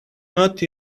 not